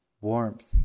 warmth